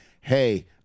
hey